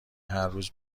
هرروز